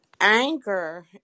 anger